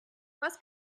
was